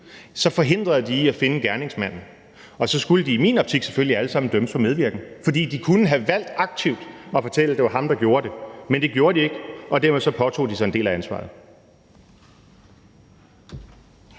forhindrede de, at gerningsmanden blev fundet. Så skulle de i min optik selvfølgelig alle sammen dømmes for medvirken, fordi de kunne have valgt aktivt at fortælle, hvem der gjorde det, men det gjorde de ikke, og dermed påtog de sig en del af ansvaret.